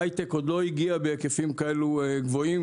הייטק עוד לא הגיע בהיקפים כאלו גבוהים,